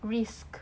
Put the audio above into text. risk